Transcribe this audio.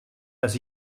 dass